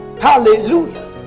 Hallelujah